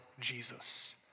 Jesus